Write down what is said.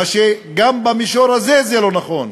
וזה גם במישור הזה לא נכון,